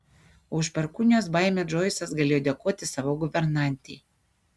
o už perkūnijos baimę džoisas galėjo dėkoti savo guvernantei